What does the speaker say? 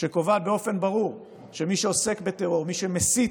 שקובעת באופן ברור שמי שעוסק בטרור, מי שמסית,